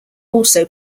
also